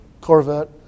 Corvette